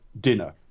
dinner